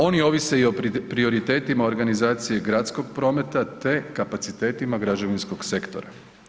Oni ovise i o prioritetima organizacije gradskog prometa, te kapacitetima građevinskog sektora.